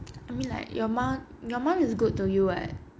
I mean like your mom your mom is good to you [what]